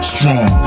Strong